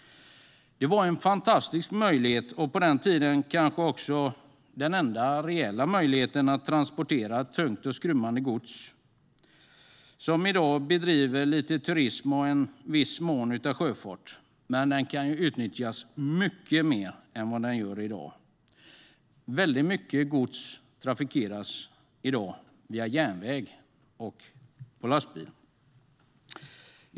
Det var en fantastisk möjlighet, och på den tiden kanske också den enda reella möjligheten, att transportera tungt och skrymmande gods. I dag bedriver man där lite turism och i viss mån sjöfart. Men kanalen kan utnyttjas mycket mer än i dag. Väldigt mycket gods transporteras i dag på järnväg och på lastbil.